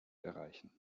erreichen